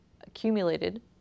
accumulated